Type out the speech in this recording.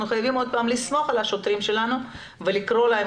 חייבים שוב לסמוך על השוטרים שלנו ולקרוא להם